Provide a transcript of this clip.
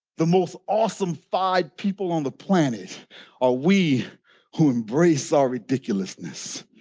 the most awesome five people on the planet are we who embrace our ridiculousness.